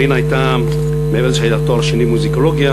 רינה, מעבר לזה שיש לה תואר שני במוזיקולוגיה,